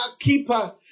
keeper